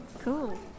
Cool